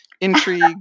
intrigue